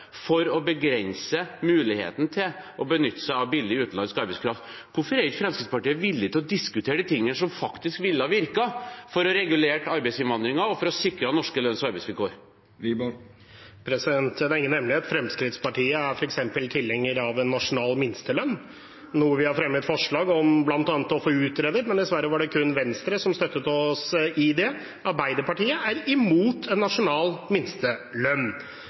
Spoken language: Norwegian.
for å begrense muligheten til å benytte seg av billig, utenlandsk arbeidskraft. Hvorfor er ikke Fremskrittspartiet villig til å diskutere de tingene som faktisk ville virket for å regulere arbeidsinnvandringen og for å sikre norske lønns- og arbeidsvilkår? Det er ingen hemmelighet at Fremskrittspartiet f.eks. er tilhenger av en nasjonal minstelønn, noe vi har fremmet forslag om å få utredet, men dessverre var det kun Venstre som støttet oss i det. Arbeiderpartiet er imot en nasjonal minstelønn.